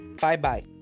Bye-bye